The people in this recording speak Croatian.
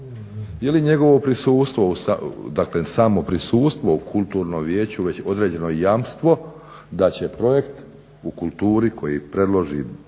Je li njegovo prisustvo dakle samo prisustvo u kulturnom vijeću već određeno jamstvo da će projekt u kulturi koji predloži